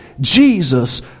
Jesus